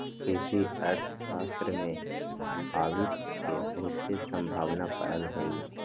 कृषि अर्थशास्त्र में भविश के बहुते संभावना पड़ल हइ